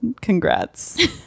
Congrats